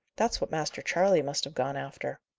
that's what master charley must have gone after.